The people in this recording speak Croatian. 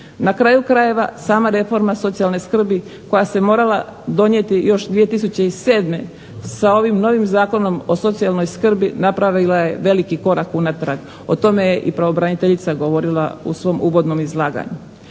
Na kraju krajeva, sama reforma socijalne skrbi koja se morala donijeti još 2007. sa ovim novim zakonom o socijalnoj skrbi napravila je veliki korak unatrag. O tome je i pravobraniteljica govorila u svom uvodnom izlaganju.